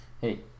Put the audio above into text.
Hey